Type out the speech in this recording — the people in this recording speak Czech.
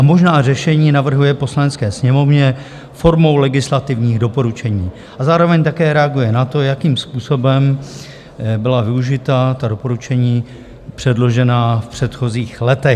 Možná řešení navrhuje Poslanecké sněmovně formou legislativních doporučení a zároveň také reaguje na to, jakým způsobem byla využita doporučení předložená v předchozích letech.